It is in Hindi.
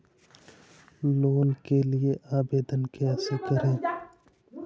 लोन के लिए आवेदन कैसे करें?